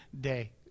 Day